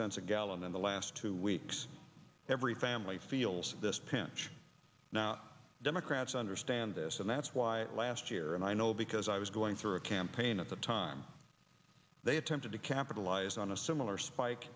cents a gallon in the last two weeks every family feels this pinch now democrats understand this and that's why last year and i know because i was going through a campaign at the time they attempted to capitalize on a similar spike